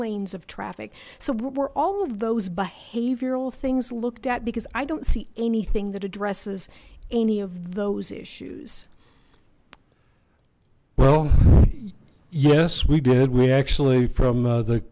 lanes of traffic so we're all of those behavioral things looked at because i don't see anything that addresses any of those issues well yes we did we actually from